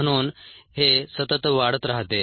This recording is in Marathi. म्हणून हे सतत वाढत राहते